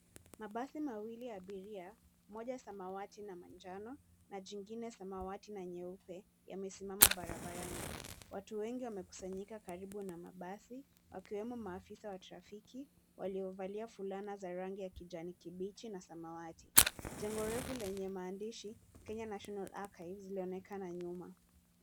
Mabasi mawili ya abiria, moja samawati na manjano, na jingine samawati na nyeupe, yamesimama barabarani. Watu wengi wamekusanyika karibu na mabasi, wakiwemo maafisa wa trafiki, waliovalia fulana za rangi ya kijani kibichi na samawati. Jengo refu lenye maandishi ,[csKenya National Archives , ilionekana nyuma.